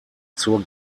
zur